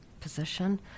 position